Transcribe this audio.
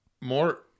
more